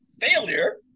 failure